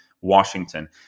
washington